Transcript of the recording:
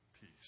peace